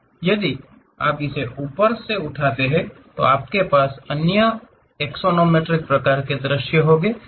यदि आप इसे और ऊपर उठाते हैं तो आपके पास अन्य एक्सोनोमेट्रिक प्रकार के दृश्य होंगे